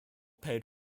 paid